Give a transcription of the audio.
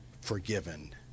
forgiven